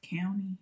County